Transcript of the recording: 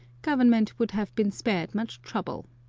government would have been spared much trouble.